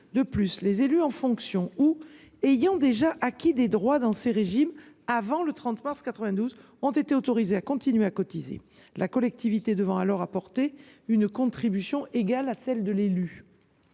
De plus, les élus en fonction, ou ayant déjà acquis des droits dans ces régimes avant le 30 mars 1992, ont été autorisés à continuer à cotiser, la collectivité devant alors apporter une contribution égale à celle de l’élu.